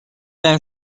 داریم